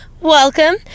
welcome